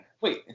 Wait